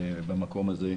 במקום הזה.